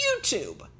YouTube